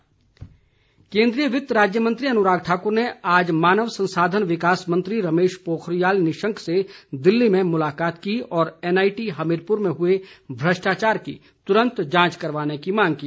अनुराग ठाकुर केन्द्रीय वित्त राज्य मंत्री अनुराग ठाकुर ने आज मानव संसाधन विकास मंत्री रमेश पोखरियाल निशंक से दिल्ली में मुलाकात की और एनआईटी हमीरपुर में हुए भ्रष्टाचार की तुरंत जांच करवाने की मांग की